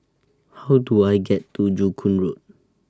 How Do I get to Joo Koon Road